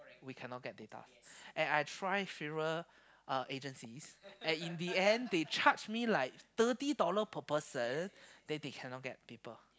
we can not get data and I try fewer uh agencies and in the end they charge me like thirty dollar per person then they can not get people